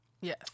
Yes